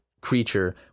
creature